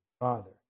father